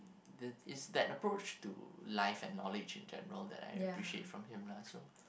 the is that approach to life and knowledge in general that I appreciate from him lah so